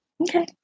Okay